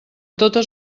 totes